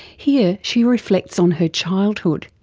here, she reflects on her childhood,